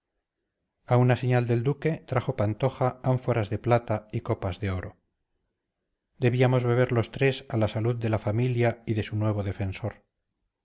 a una señal del duque trajo pantoja ánforas de plata y copas de oro debíamos beber los tres a la salud de la familia y de su nuevo defensor